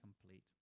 complete